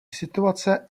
situace